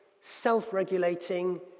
self-regulating